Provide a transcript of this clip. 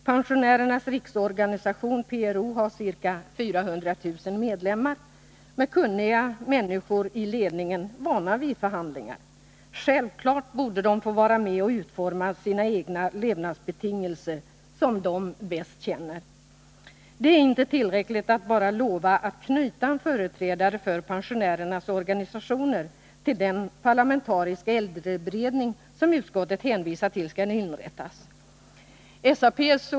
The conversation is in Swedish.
Pensionärernas riksorganisation, PRO, har ca 400 000 medlemmar och kunniga människor i ledningen, vana vid förhandlingar. Självfallet borde de få vara med och utforma sina egna levnadsbetingelser, som de själva bäst känner. Det är inte tillräckligt att bara lova att knyta en företrädare för pensionärernas organisationer till den parlamentariska äldreberedning som enligt utskottet skall inrättas.